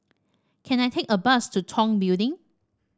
can I take a bus to Tong Building